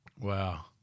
Wow